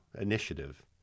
initiative